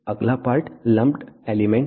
अगला part lumped element है